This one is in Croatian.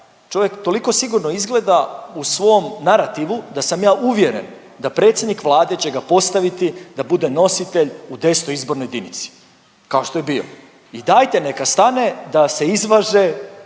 Čovjek toliko sigurno izgleda u svom narativu da sam ja uvjeren da predsjednik Vlade će ga postaviti da bude nositelj u X. izbornoj jedinici kao što je bio. I dajte neka stane da se izvaže